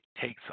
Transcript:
takes